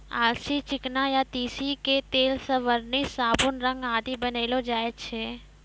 अलसी, चिकना या तीसी के तेल सॅ वार्निस, साबुन, रंग आदि बनैलो जाय छै